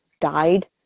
died